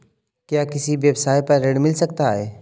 क्या किसी व्यवसाय पर ऋण मिल सकता है?